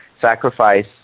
sacrifice